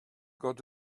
got